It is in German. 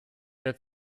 der